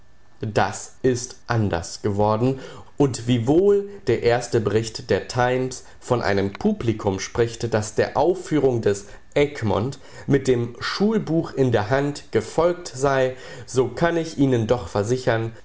das ist anders geworden und wiewohl der erste bericht der times von einem publikum spricht das der aufführung des egmont mit dem schulbuch in der hand gefolgt sei so kann ich ihnen doch versichern